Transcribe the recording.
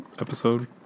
episode